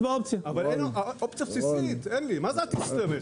אבל אופציה בסיסית אין לי, מה זה אל תשתמש?